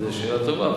זו שאלה טובה,